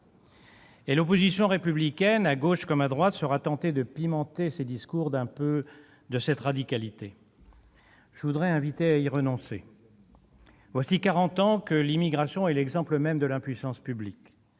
L'opposition républicaine, à gauche comme à droite, sera tentée de pimenter ses discours d'un peu de cette radicalité. Je voudrais inviter à y renoncer. Voilà quarante ans que l'immigration est l'exemple même de l'impuissance publique